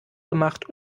gemacht